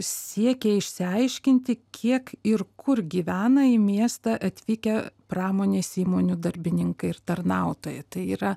siekė išsiaiškinti kiek ir kur gyvena į miestą atvykę pramonės įmonių darbininkai ir tarnautojai tai yra